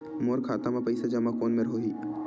मोर खाता मा पईसा जमा कोन मेर होही?